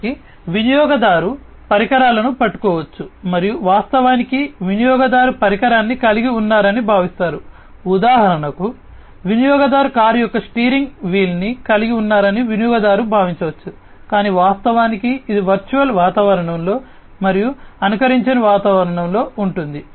కాబట్టి వినియోగదారు పరికరాలను పట్టుకోవచ్చు మరియు వాస్తవానికి వినియోగదారు పరికరాన్ని కలిగి ఉన్నారని భావిస్తారు ఉదాహరణకు వినియోగదారు కారు యొక్క స్టీరింగ్ వీల్ను కలిగి ఉన్నారని వినియోగదారు భావించవచ్చు కాని వాస్తవానికి ఇది వర్చువల్ వాతావరణంలో మరియు అనుకరించిన వాతావరణంలో ఉంటుంది